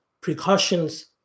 precautions